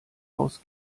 haus